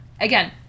again